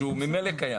שהוא ממילא קיים.